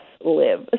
live